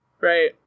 Right